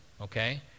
okay